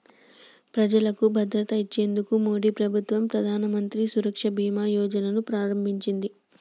ప్రజలకు భద్రత ఇచ్చేందుకు మోడీ ప్రభుత్వం ప్రధానమంత్రి సురక్ష బీమా యోజన ను ప్రారంభించింది